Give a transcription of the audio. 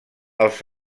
els